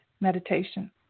meditation